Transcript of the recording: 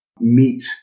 meet